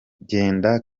genda